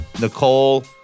Nicole